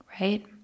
right